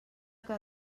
que